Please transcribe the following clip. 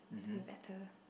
to be better